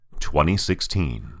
2016